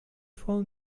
phone